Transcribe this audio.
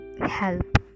help